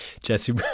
Jesse